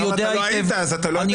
אתה לא היית, אז אתה לא יודע.